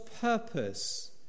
purpose